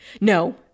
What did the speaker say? No